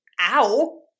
ow